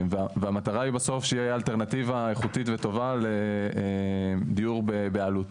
והמטרה היא בסוף שתהיה אלטרנטיבה איכותית וטובה לדיור בעלות.